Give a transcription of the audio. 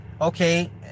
Okay